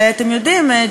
ואתם יודעים,